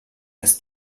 das